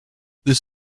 this